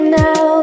now